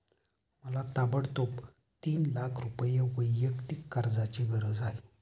मला ताबडतोब तीन लाख रुपये वैयक्तिक कर्जाची गरज आहे